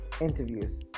interviews